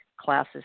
classes